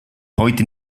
heute